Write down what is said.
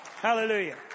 Hallelujah